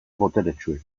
boteretsuek